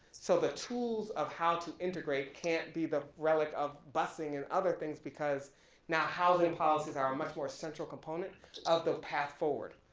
so the tools of how to integrate can't be the relic of busing and other things because now housing policies are a much more central component of the path forward.